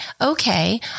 okay